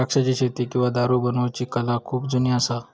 द्राक्षाची शेती किंवा दारू बनवुची कला खुप जुनी असा